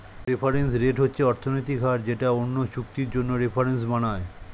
reference rate হচ্ছে অর্থনৈতিক হার যেটা অন্য চুক্তির জন্য রেফারেন্স বানায়